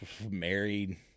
married